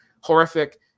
horrific